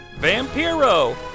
Vampiro